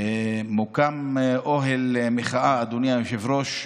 מוקם אוהל מחאה, אדוני היושב-ראש,